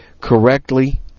correctly